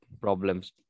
problems